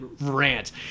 rant